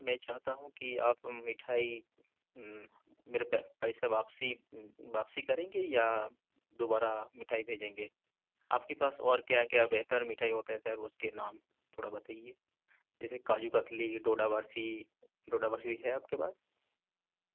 میں چاہتا ہوں کہ آپ مٹھائی میرے پیسہ واپسی واپسی کریں گے یا دوبارہ مٹھائی بھیجیں گے آپ کے پاس اور کیا کیا بہتر مٹھائی ہوتا ہے سر اس کے نام تھوڑا بتایے جیسے کاجو کتلی ڈوڈا برفی ڈوڈا برفی بھی ہے آپ کے پاس